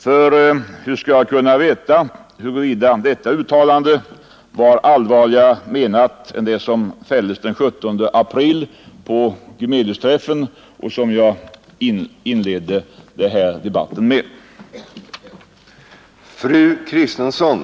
För hur skall jag kunna veta om detta uttalande var allvarligare menat än de som fälldes den 17 april på Gumeliusträffen och i Kalmar och som jag inledde mitt inlägg med att citera?